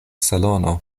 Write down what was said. salono